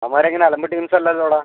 അവൻമാർ എങ്ങനാണ് അലമ്പ് ടീമ്സ അല്ലല്ലോടാ